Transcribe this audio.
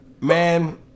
Man